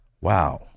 Wow